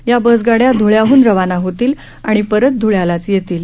या बसगाड्या ध्वळ्याहन रवाना होतील आणि परत ध्ळ्यालाच येतील